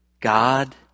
God